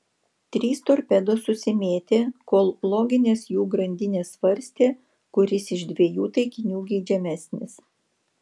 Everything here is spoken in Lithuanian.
trys torpedos susimėtė kol loginės jų grandinės svarstė kuris iš dviejų taikinių geidžiamesnis